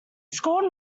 scored